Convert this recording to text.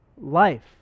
life